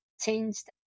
changed